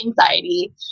anxiety